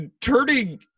turning